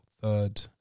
third